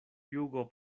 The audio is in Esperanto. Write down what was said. jugo